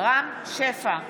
רם שפע,